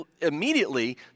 immediately